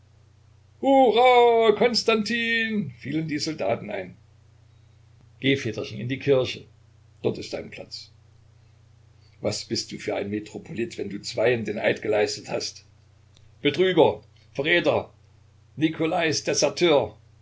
konstantin fielen die soldaten ein geh väterchen in die kirche dort ist dein platz was bist du für ein metropolit wenn du zweien den eid geleistet hast betrüger verräter nikolais deserteur